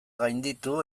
gainditu